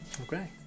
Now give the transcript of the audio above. Okay